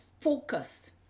focused